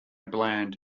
bland